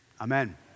Amen